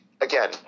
Again